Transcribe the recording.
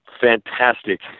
fantastic